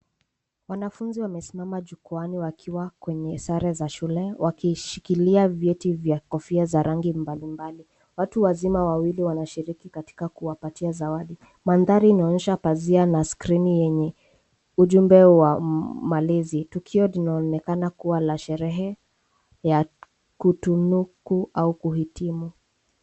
Wanafunzi wamesimama jukwaani wakiwa kwenye sare za shule wakishikilia vyeti vya kofia za rangi mbalimbali .Watu wazima wawili wanashiriki katika kuwapatia zawadi. Mandhari inaonyesha pazia ya skrini yenye ujumbe wa malezi. Tukio linaonekana kuwa ya sherehe ya kutunuku au kuhitimu.